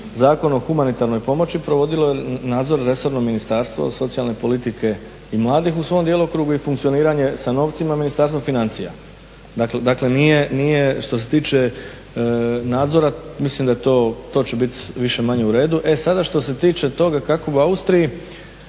Zakon o humanitarnoj pomoći provodilo je nadzor resorno Ministarstvo socijalne politike i mladih u svom djelokrugu i funkcioniranje sa novcima Ministarstva financija. Dakle, nije što se tiče nadzora mislim da je to, to će biti više-manje u redu. E sada, što se tiče toga kako je u Austriji,